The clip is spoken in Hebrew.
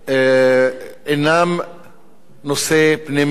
אינם נושא פנימי.